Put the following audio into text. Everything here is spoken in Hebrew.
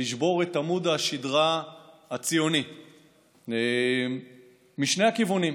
לשבור את עמוד השדרה הציוני משני הכיוונים.